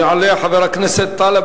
יעלה חבר הכנסת טלב